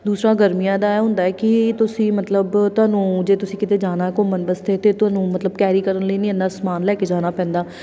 ਦੂਸਰਾ ਗਰਮੀਆਂ ਦਾ ਇਹ ਹੁੰਦਾ ਕਿ ਤੁਸੀਂ ਮਤਲਬ ਤੁਹਾਨੂੰ ਜੇ ਤੁਸੀਂ ਕਿਤੇ ਜਾਣਾ ਘੁੰਮਣ ਵਾਸਤੇ ਤਾਂ ਤੁਹਾਨੂੰ ਮਤਲਬ ਕੈਰੀ ਕਰਨ ਲਈ ਨਹੀਂ ਇੰਨਾਂ ਸਮਾਨ ਲੈ ਕੇ ਜਾਣਾ ਪੈਂਦਾ